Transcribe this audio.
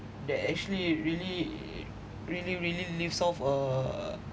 that actually really really really lives of uh